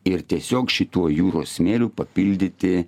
ir tiesiog šituo jūros smėliu papildyti